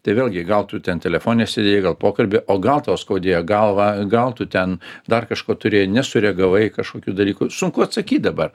tai vėlgi gal tu ten telefone sėdėjai gal pokalbį o gal tau skaudėjo galva gal tu ten dar kažko turėjo nesureagavai kažkokių dalykų sunku atsakyt dabar